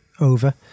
over